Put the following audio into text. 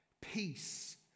Peace